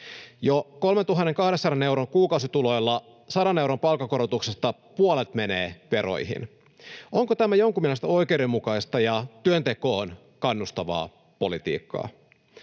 Jo 3 200 euron kuukausituloilla 100 euron palkankorotuksesta puolet menee veroihin. Onko tämä jonkun mielestä oikeudenmukaista ja työntekoon kannustavaa politiikkaa?